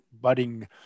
budding